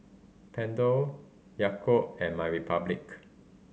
Pentel Yakult and MyRepublic